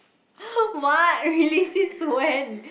what really since when